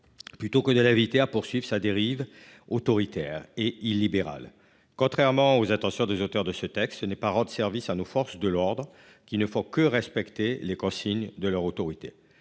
plutôt que de l'inviter à poursuivre sa dérive autoritaire et illibérale. Contrairement aux intentions des auteurs de cette proposition de résolution, ce n'est pas rendre service à nos forces de l'ordre, qui ne font que respecter les consignes de leur autorité.